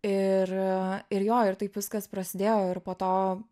ir ir jo ir taip viskas prasidėjo ir po to